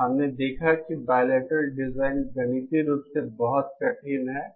हमने देखा कि बाइलेटरल डिजाइन गणितीय रूप से बहुत कठिन है